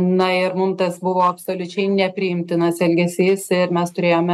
na ir mum tas buvo absoliučiai nepriimtinas elgesys ir mes turėjome